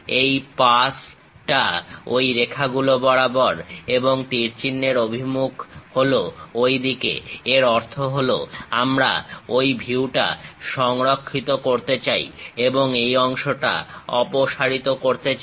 এই পাস টা ঐ রেখাগুলো বরাবর এবং তীর চিহ্নের অভিমুখ হলো ঐদিকে এর অর্থ হলো আমরা ঐ ভিউটা সংরক্ষিত করতে চাই এবং এই অংশটা অপসারিত করতে চাই